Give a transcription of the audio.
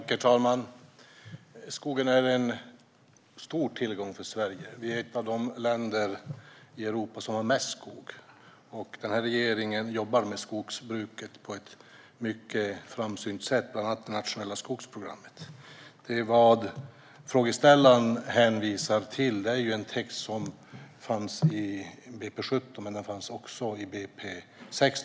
Herr talman! Skogen är en stor tillgång för Sverige. Vi är ett av de länder i Europa som har mest skog. Regeringen jobbar med skogsbruket på ett framsynt sätt, bland annat i det nationella skogsprogrammet. Frågeställaren hänvisar till en text som finns i budgetpropositionen för 2017 och även i budgetpropositionen för 2016.